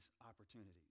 opportunities